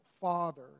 father